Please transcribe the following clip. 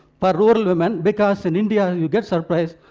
for rural women, because in india, surprised,